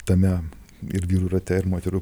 tame ir vyrų rate ir moterų